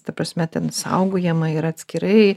ta prasme ten saugojama ir atskirai